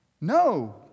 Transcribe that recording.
No